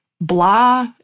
blah